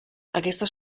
aquesta